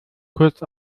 kurz